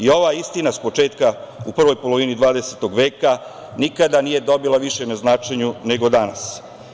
Ova istina s početka, u prvoj polovini 20. veka nikada nije dobila više na značenju nego danas.